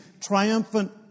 triumphant